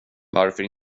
varför